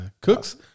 Cooks